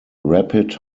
rapid